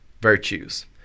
virtues